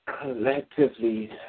Collectively